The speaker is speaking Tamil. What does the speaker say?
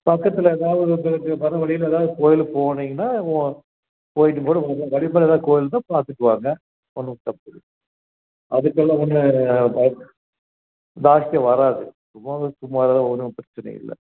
பக்கத்தில் எங்கேயாவது உங்களுக்கு வர வழியில எதா கோயிலுக்கு போனிங்கன்னா போய்ட்டும் கூட உங்களுக்கு கோயில் இருந்தால் பார்த்துட்டு வாங்க ஒன்றும் தப்பில்லை அதுக்குலாம் ஒன்றும் ப ஜாஸ்தி வராது சும்மா ஒரு சுமாராகதான் வரும் ஒன்றும் பிரச்சனை இல்லை